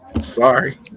sorry